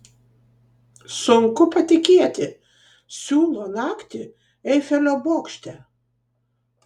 sunku patikėti siūlo naktį eifelio bokšte